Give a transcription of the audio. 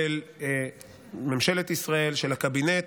של ממשלת ישראל, של הקבינט,